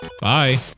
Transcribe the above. Bye